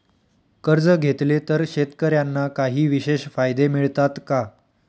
कर्ज घेतले तर शेतकऱ्यांना काही विशेष फायदे मिळतात का?